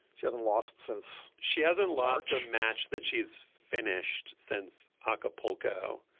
she hasn't lost since. she hasn't lost a match that she's finished since acapulco.